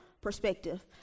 perspective